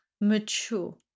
mature